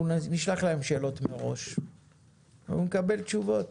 נשלח להם שאלות מראש ואנחנו נקבל תשובות